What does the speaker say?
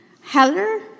Heller